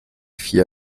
fit